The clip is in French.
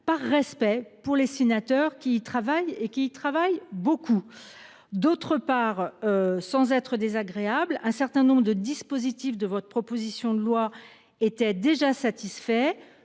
Par respect pour les sénateurs qui travaille et qui travaille beaucoup. D'autre part. Sans être désagréable, un certain nombre de dispositifs de votre proposition de loi était déjà satisfait